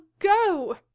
Go